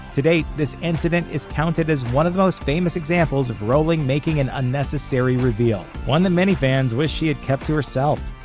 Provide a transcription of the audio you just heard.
to date, this incident is counted as one of the most famous examples of rowling making an unnecessary reveal, one that many fans wished she had kept to herself.